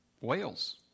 whales